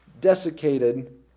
desiccated